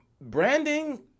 branding